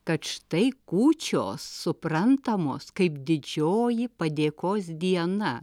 kad štai kūčios suprantamos kaip didžioji padėkos diena